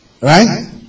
right